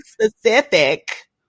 specific